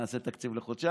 נעשה תקציב לחודשיים,